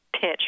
pitch